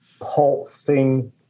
pulsing